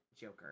Joker